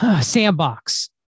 sandbox